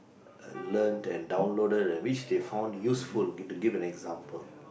learnt and downloaded which they found useful need to give an example